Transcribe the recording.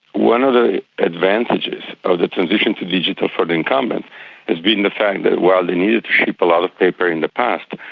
one of the advantages of the transition to digital for the incumbent has been the fact that while they needed to ship a lot of paper in the past,